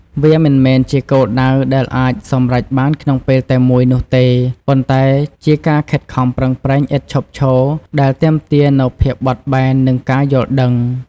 វាមិនមែនជាគោលដៅដែលអាចសម្រេចបានក្នុងពេលតែមួយនោះទេ ប៉ុន្តែជាការខិតខំប្រឹងប្រែងឥតឈប់ឈរដែលទាមទារនូវភាពបត់បែន និងការយល់ដឹង។